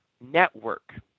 network